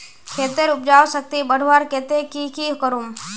खेतेर उपजाऊ शक्ति बढ़वार केते की की करूम?